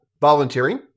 volunteering